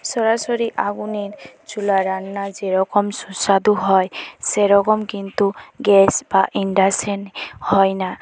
সরাসরি আগুনের চুলা রান্না যেরকম সুস্বাদু হয় সেরকম কিন্তু গ্যাস বা ইন্ডাক্সানে হয় না